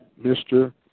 Mr